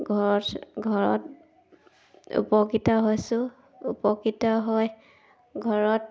ঘৰত ঘৰত উপকৃত হৈছোঁ উপকৃত হৈ ঘৰত